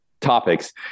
Topics